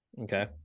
Okay